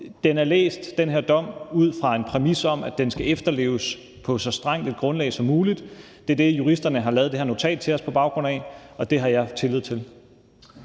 Den her dom er læst ud fra en præmis om, at den skal efterleves på så strengt et grundlag som muligt. Det er det, juristerne har lavet det her notat til os på baggrund af, og det har jeg tillid til.